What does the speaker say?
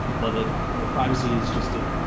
well that privacy is just to